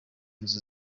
inzu